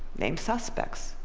name suspects,